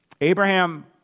Abraham